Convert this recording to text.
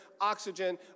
oxygen